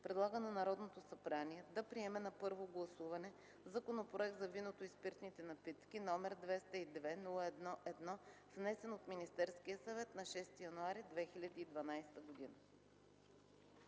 предлага на Народното събрание да приеме на първо гласуване Законопроект за виното и спиртните напитки, № 202-01-1, внесен от Министерския съвет на 6 януари 2012 г.”